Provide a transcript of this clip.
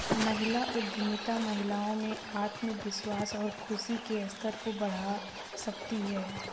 महिला उद्यमिता महिलाओं में आत्मविश्वास और खुशी के स्तर को बढ़ा सकती है